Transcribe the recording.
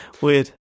weird